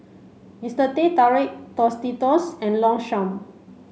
Mister Teh Tarik Tostitos and Longchamp